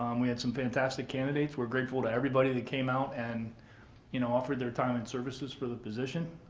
um we had some fantastic candidates. we're grateful to everybody that came out and you know offered their time and services for the position.